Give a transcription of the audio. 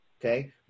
Okay